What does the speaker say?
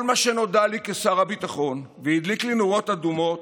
כל מה שנודע לי כשר הביטחון והדליק לי נורות אדומות,